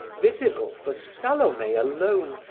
visible for salome alone,